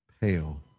pale